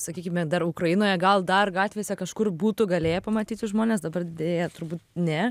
sakykime dar ukrainoje gal dar gatvėse kažkur būtų galėję pamatyti žmonės dabar deja turbūt ne